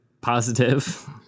Positive